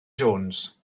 jones